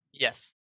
Yes